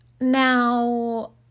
Now